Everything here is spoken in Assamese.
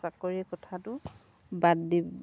চাকৰি কথাটো বাদ দিম